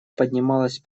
поднималась